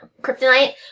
kryptonite